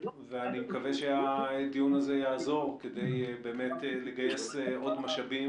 אני מקווה שהדיון הזה יעזור כדי לגייס עוד משאבים